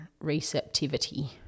receptivity